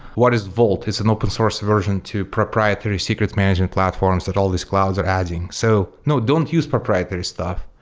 what is vault? it's an open source version to proprietary secret management platforms that all these clouds are adding. so no. don't use proprietary stuff.